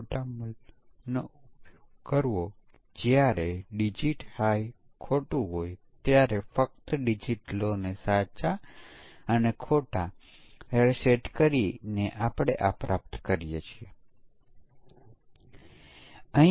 તો કોઈપણ મૂલ્ય અન્ય મૂલ્યો જેટલું સારું છે આ ધારણા પાછળનું તર્ક શું છે